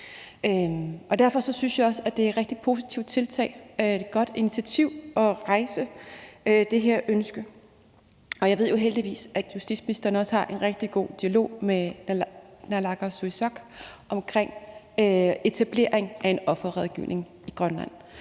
Derfor synes jeg også, det er et rigtig positivt tiltag, og at det er et godt initiativ at rejse det her ønske. Jeg ved jo heldigvis, at justitsministeren også har en rigtig god dialog med naalakkersuisut omkring etablering af en offerrådgivning i Grønland.